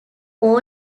all